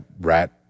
rat